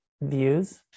views